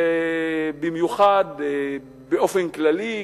ובאופן כללי,